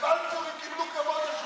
בבלפור הם קיבלו כבוד של,